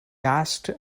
asked